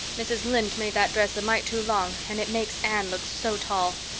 mrs. lynde made that dress a mite too long, and it makes anne look so tall.